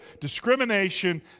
Discrimination